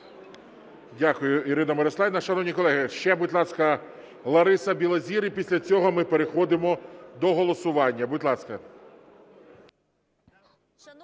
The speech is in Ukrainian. Дякую, Ірино Мирославівно. Шановні колеги, ще, будь ласка, Лариса Білозір, і після цього ми переходимо до голосування. Будь ласка.